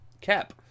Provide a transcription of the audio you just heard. Cap